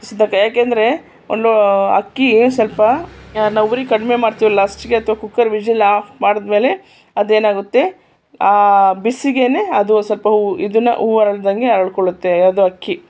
ಯಾಕೆಂದರೆ ಒಂದು ಲೊ ಅಕ್ಕಿ ಸ್ವಲ್ಪ ನಾವು ಉರಿ ಕಡಿಮೆ ಮಾಡ್ತೀವಲ್ಲ ಅಥ್ವಾ ಕುಕ್ಕರ್ ವಿಶಲ್ ಆಫ್ ಮಾಡಿದ್ಮೇಲೆ ಅದೇನಾಗುತ್ತೆ ಬಿಸಿಗೇನೆ ಅದು ಒಂದು ಸ್ವಲ್ಪ ಇದನ್ನು ಹೂ ಅರಳ್ದಂತೆ ಅರಳಿಕೊಳ್ಳುತ್ತೆ ಯಾವುದು ಅಕ್ಕಿ